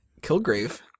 Kilgrave